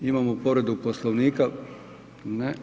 Imamo povredu Poslovnika, ne.